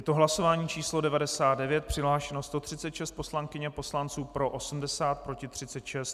Je to hlasování číslo 99, přihlášeno 136 poslankyň a poslanců, pro 80, proti 36.